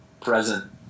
present